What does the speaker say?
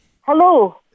Hello